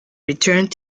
returned